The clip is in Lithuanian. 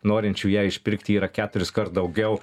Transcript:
norinčių ją išpirkti yra keturiskart daugiau